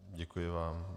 Děkuji vám.